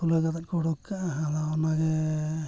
ᱠᱷᱩᱞᱟᱹᱣ ᱠᱟᱛᱮᱫ ᱠᱚ ᱩᱰᱩᱜ ᱟᱠᱟᱫᱼᱟ ᱟᱫᱚ ᱚᱱᱟᱜᱮ